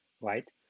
right